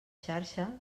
xarxa